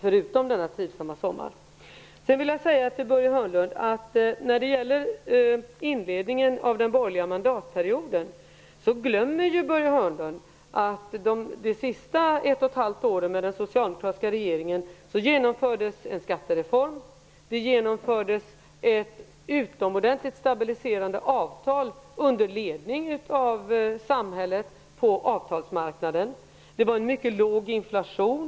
Jag vill också säga till Börje Hörnlund att han när det gäller inledningen till den borgerliga mandatperioden glömmer att det under de sista ett och ett halvt åren av den socialdemokratiska regeringstiden genomfördes en skattereform, ett utomordentligt stabiliserande avtal under ledning av samhället på avtalsmarknaden. Det var mycket låg inflation.